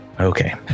Okay